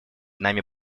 нами